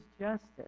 justice